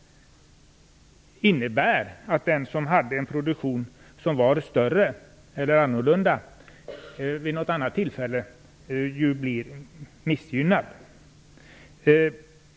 Det innebär att den som hade en produktion som var större eller annorlunda vid något annat tillfälle ju blir missgynnad.